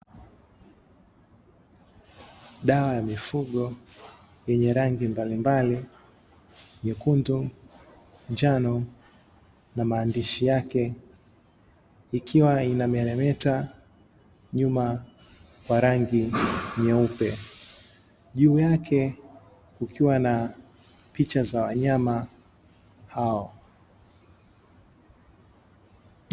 Dawa ya mifugo yenye rangi mbalimbali nyekundu, njano na maandishi yake ikiwa ina meremeta nyuma kwa rangi nyeupe. Juu yake kukiwa na picha za wanyama hao.